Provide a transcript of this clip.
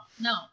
No